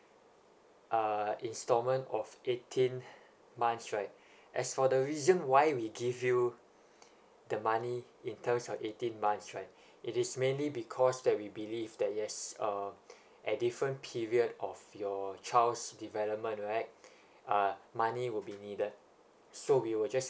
uh instalment of eighteen months right as for the reason why we give you the money in terms of eighteen months right it is mainly because that we believe that yes uh at different period of your child's development right uh money will be needed so we will just